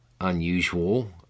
unusual